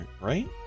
right